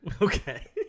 Okay